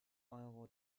euro